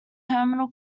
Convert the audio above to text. terminal